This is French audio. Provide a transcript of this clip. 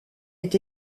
est